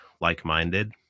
like-minded